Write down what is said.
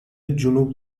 جنوب